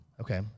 Okay